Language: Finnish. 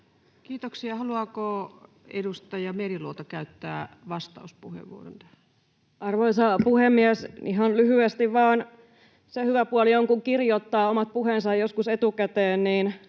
Kiitoksia. — Haluaako edustaja Meriluoto käyttää vastauspuheenvuoron tähän? Arvoisa puhemies! Ihan lyhyesti vain. Se hyvä puoli on, kun kirjoittaa omat puheensa joskus etukäteen, niin